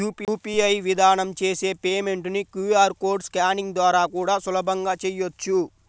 UPI విధానం చేసే payment ని క్యూ.ఆర్ కోడ్ స్కానింగ్ ద్వారా కూడా సులభంగా చెయ్యొచ్చు